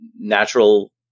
natural